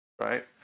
right